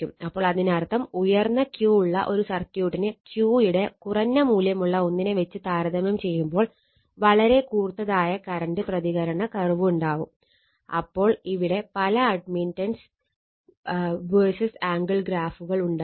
അപ്പോൾ അതിനർത്ഥം ഉയർന്ന Q ഉള്ള ഒരു സർക്യൂട്ടിന് Q യുടെ കുറഞ്ഞ മൂല്യമുള്ള ഒന്നിനെ വെച്ച് താരതമ്യം ചെയ്യുമ്പോൾ വളരെ കൂർത്തതായ കറണ്ട് പ്രതികരണ കർവ് ഉണ്ടാകും അപ്പോൾ ഇവിടെ പല അഡ്മിറ്റൻസ് vs ആംഗിൾ ഗ്രാഫുകൾ ഉണ്ടാകും